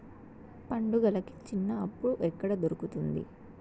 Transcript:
పండుగలకి చిన్న అప్పు ఎక్కడ దొరుకుతుంది